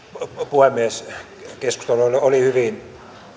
puhemies keskustelu oli hyvin